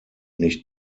nicht